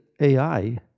AI